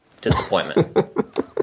disappointment